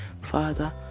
father